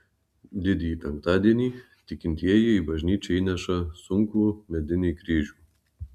didįjį penktadienį tikintieji į bažnyčią įnešą sunkų medinį kryžių